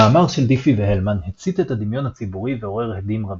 המאמר של דיפי והלמן הצית את הדמיון הציבורי ועורר הדים רבים.